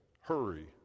hurry